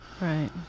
right